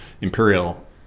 imperial